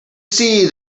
see